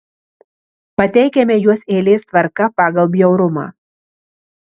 pateikiame juos eilės tvarka pagal bjaurumą